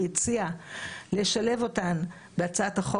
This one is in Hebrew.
והציע לשלב אותן בהצעת החוק,